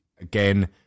again